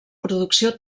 producció